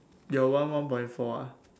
your one one point four ah